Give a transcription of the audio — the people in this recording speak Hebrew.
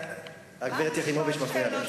הגברת יחימוביץ מפריעה לי.